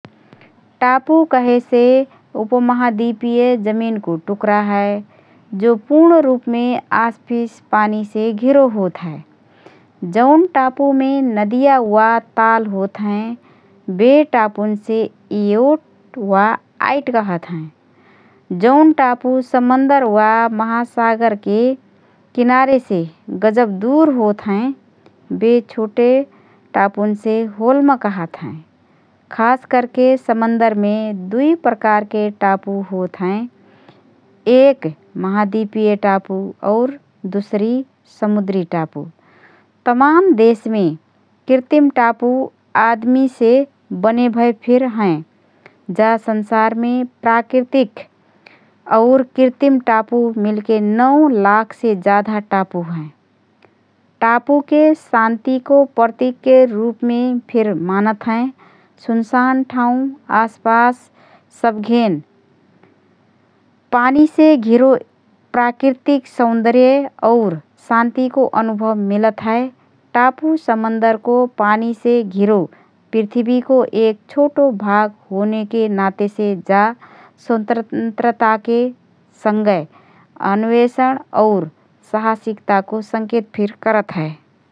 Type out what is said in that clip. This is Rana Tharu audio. टापु कहेसे उपमहाद्वीपीय जमिनको टुक्रा हए । जो पूर्ण रूपमे आसपिस पानीसे घिरो होतहए । जौन टापुमे नदिया वा ताल होतहएँ । बे टापुनसे इयोट वा आइट कहत हएँ । जौन टापु समन्दर वा महासागरके किनारेसे गजब दुर होतहएँ । बे छोटे टापुनसे होल्म कहत हएँ । खास करके समन्दरमे दुई प्रकारके टापु होतहएँ । एक महाद्वीपीय टापु और दुसरी समुद्री टापु । तमान देशमे कृत्रिम टापु आदमीसे बनेभए फिर हएँ । जा संसारमे प्राकृतिक और कृतिम टापु मिलाएके नौ लाखसे जाधा टापु हएँ । टापुके शान्तिको प्रतीकके रुपमे फिर मानत हएँ । सुनसान ठावँ आसपास सबघेन पानीसे घिरो प्राकृतिक सौन्दर्य और शान्तिको अनुभव मिलत हए । टापु समन्दरको पानीसे घिरो पृथ्वीको एक छोटो भाग होनेके नातेसे जा स्वतन्त्रताके सङ्गए अन्वेषण और साहसिकताको संकेत फिर करत हए ।